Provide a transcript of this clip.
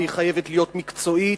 והיא חייבת להיות מקצועית,